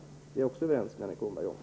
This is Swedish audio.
Också på den punkten är jag överens med Annika